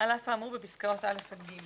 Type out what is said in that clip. (ד)על אף האמור בפסקאות (א) עד (ג)